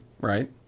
right